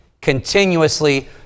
continuously